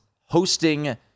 hosting